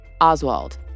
Oswald